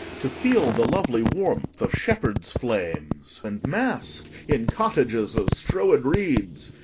to feel the lovely warmth of shepherds' flames, and mask in cottages of strowed reeds,